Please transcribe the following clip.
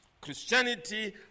Christianity